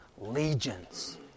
legions